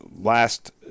last